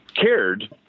cared